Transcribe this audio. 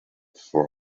for